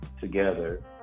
together